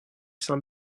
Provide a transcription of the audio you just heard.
saint